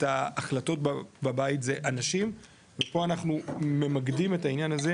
ההחלטות בבית זה הנשים ופה אנחנו ממקדים את העניין הזה,